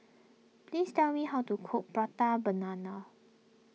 please tell me how to cook Prata Banana